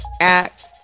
act